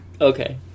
Okay